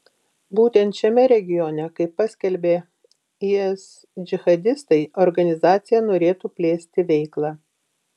būtent šiame regione kaip paskelbė is džihadistai organizacija norėtų plėsti veiklą